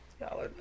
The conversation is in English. Y'all